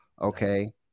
Okay